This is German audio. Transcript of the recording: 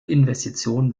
investition